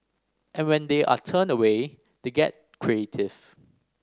and when they are turned away they get creative